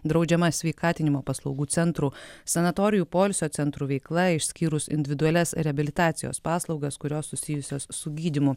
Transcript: draudžiama sveikatinimo paslaugų centrų sanatorijų poilsio centrų veikla išskyrus individualias reabilitacijos paslaugas kurios susijusios su gydymu